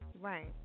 Right